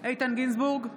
איתן גינזבורג,